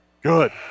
Good